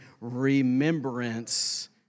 remembrance